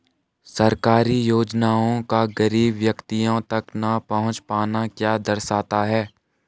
सरकारी योजनाओं का गरीब व्यक्तियों तक न पहुँच पाना क्या दर्शाता है?